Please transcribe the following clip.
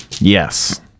Yes